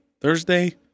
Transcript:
Thursday